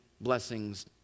blessings